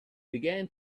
began